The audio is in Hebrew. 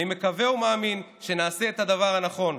אני מקווה ומאמין שנעשה את הדבר הנכון.